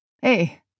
Hey